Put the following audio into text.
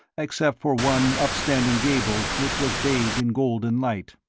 except for one upstanding gable which was bathed in golden light.